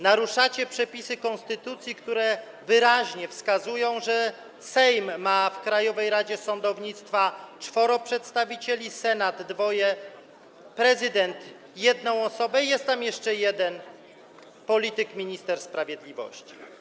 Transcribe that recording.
Naruszacie przepisy konstytucji, które wyraźnie wskazują, że Sejm ma w Krajowej Radzie Sądownictwa czterech przedstawicieli, Senat - dwóch, prezydent - jedną osobę, i jest tam jeszcze jeden polityk, minister sprawiedliwości.